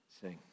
sing